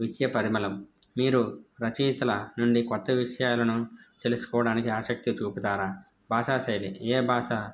విషయ పరిమళం మీరు రచయితల నుండి కొత్త విషయాలను తెలుసుకోవడానికి ఆసక్తి చూపుతారా భాషా శైలి ఏ భాష